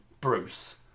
Bruce